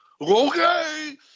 Okay